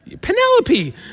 Penelope